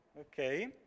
Okay